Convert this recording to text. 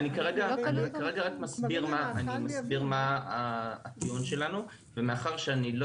אני אסביר מה הטיעון שלנו ומאחר שאני לא